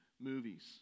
movies